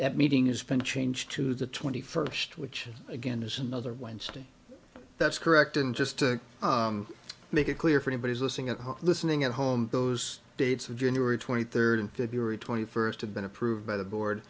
that meeting has been changed to the twenty first which again is another wednesday that's correct and just to make it clear for anybody is listening at home listening at home those dates of january twenty third and february twenty first have been approved by the board